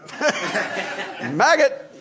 Maggot